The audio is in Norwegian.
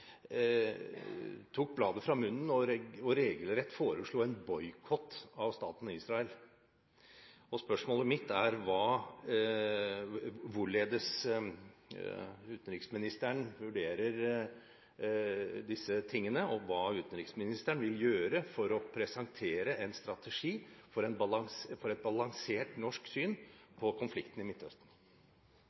tok bladet fra munnen og regelrett foreslo en boikott av staten Israel. Spørsmålet mitt er: Hvorledes vurderer utenriksministeren disse tingene, og hva vil utenriksministeren gjøre for å presentere en strategi for et balansert norsk syn på konflikten i Midtøsten?